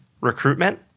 recruitment